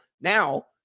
now